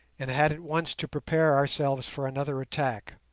and had at once to prepare ourselves for another attack